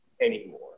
anymore